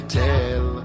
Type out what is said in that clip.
tell